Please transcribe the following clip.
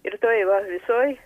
ir toj va visoj